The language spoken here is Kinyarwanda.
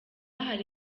hari